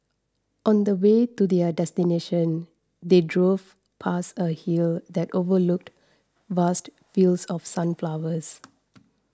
on the way to their destination they drove past a hill that overlooked vast fields of sunflowers